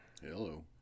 Hello